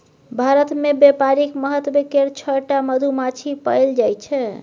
भारत मे बेपारिक महत्व केर छअ टा मधुमाछी पएल जाइ छै